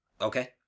Okay